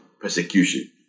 persecution